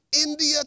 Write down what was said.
India